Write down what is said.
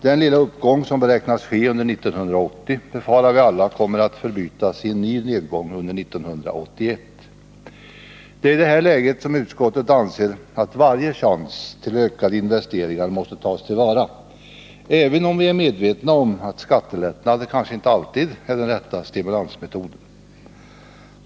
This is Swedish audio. Den lilla uppgång som beräknas ske under 1980 befarar vi alla kommer att förbytas i en ny nedgång under 1981. Det är i detta läge som utskottet anser att varje chans till ökade investeringar måste tas till vara, även om vi är medvetna om att skattelättnader kanske inte alltid är den rätta stimulansmetoden.